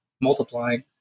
multiplying